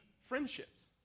friendships